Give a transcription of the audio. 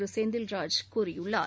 கேசெந்தில் ராஜ் கூறியுள்ளார்